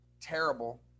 terrible